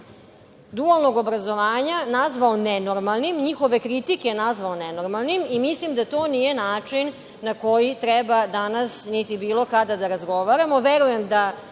dualnog obrazovanja, nazvao nenormalnim, njihove kritike nazvao nenormalnim i mislim da to nije način na koji treba danas, niti bilo kada, da razgovaramo. Verujem